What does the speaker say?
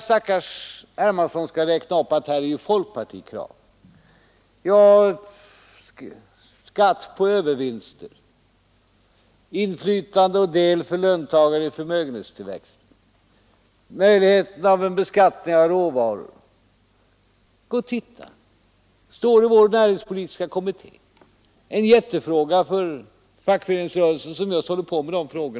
Stackars herr Hermansson gör sedan en uppräkning för att visa att det är folkpartikrav som tillgodosetts. När det gäller skatt på övervinster och löntagares inflytande på och del i förmögenhetstillväxten liksom möjligheten av en beskattning av råvaror vill jag uppmana herr Hermansson att studera vad vår näringspolitiska kommitté skrivit. Förmögenhetstillväxten är en jättefråga för fackföreningsrörelsen, som just nu håller på att utreda detta.